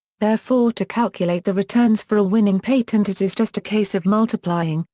therefore to calculate the returns for a winning patent it is just a case of multiplying,